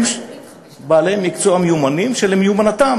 הם בעלי מקצוע מיומנים שבשל מיומנותם